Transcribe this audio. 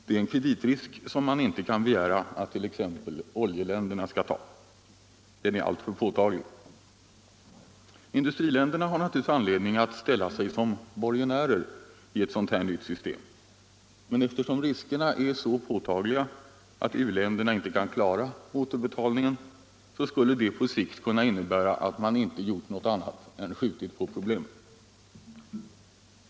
Det är en kreditrisk som man inte kan begära att t.ex. oljeländerna skall ta. Den är alltför påtaglig. I-länderna har naturligtvis anledning att ställa sig som borgenärer i ett sådant nytt system, men eftersom riskerna är så påtagliga att u-länderna inte kan klara återbetalningen, skulle det på sikt kunna innebära att man endast uppskjuter problemen.